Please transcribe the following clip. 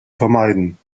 vermeiden